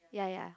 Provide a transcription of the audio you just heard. ya ya